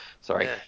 Sorry